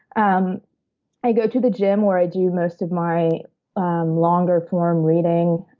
um i go to the gym where i do most of my longer form reading.